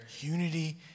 unity